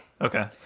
Okay